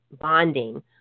bonding